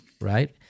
right